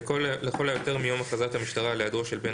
לכל היותר מיום הכרזת המשטרה על היעדרו של בן